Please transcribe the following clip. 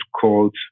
called